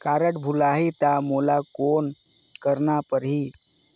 Card भुलाही ता मोला कौन करना परही?